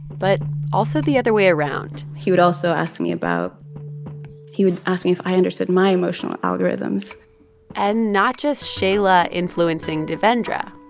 but also the other way around he would also ask me about he would ask me if i understood my emotional algorithms and not just shaila influencing devendra,